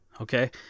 Okay